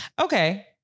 Okay